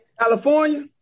California